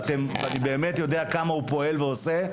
אני יודע כמה הוא פועל ועושה,